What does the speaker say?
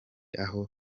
aho